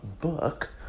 book